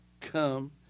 come